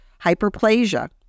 hyperplasia